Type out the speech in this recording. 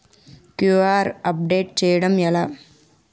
QR update చేయడం ఎలా?